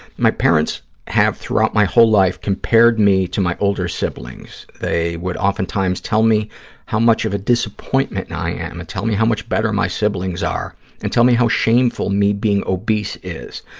my parents have throughout my whole life compared me to my older siblings. they would oftentimes tell me how much of a disappointment and i am and tell me how much better my siblings are and tell me how shameful me being obese is.